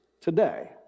today